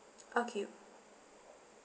okay